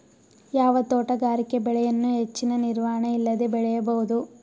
ಯಾವ ತೋಟಗಾರಿಕೆ ಬೆಳೆಯನ್ನು ಹೆಚ್ಚಿನ ನಿರ್ವಹಣೆ ಇಲ್ಲದೆ ಬೆಳೆಯಬಹುದು?